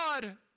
God